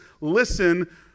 listen